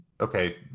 okay